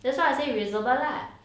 that's why I say reasonable lah